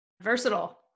Versatile